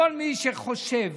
כל מי שחושב